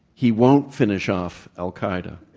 he won't finish off al-qaeda.